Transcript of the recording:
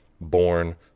born